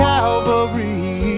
Calvary